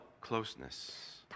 closeness